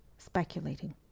Speculating